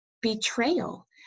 betrayal